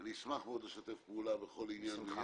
אני אשמח מאוד לשתף פעולה בכל עניין ועניין.